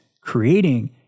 creating